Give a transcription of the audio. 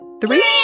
Three